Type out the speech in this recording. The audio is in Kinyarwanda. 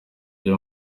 byo